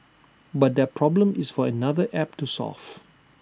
but that problem is for another app to solve